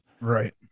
right